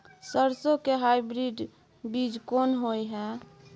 सरसो के हाइब्रिड बीज कोन होय है?